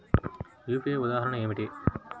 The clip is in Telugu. యూ.పీ.ఐ ఉదాహరణ ఏమిటి?